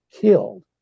killed